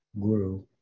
guru